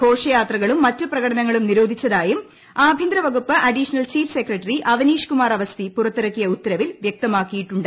ഘോഷയാത്രകളും മറ്റു പ്രകടനങ്ങളും നിരോധിച്ചതായും ആഭ്യന്തര വകുപ്പ് additional chief secretary Awanish Kumar Awasthi പുറത്തിറക്കിയ വ്യക്തമാക്കിയിട്ടുണ്ട്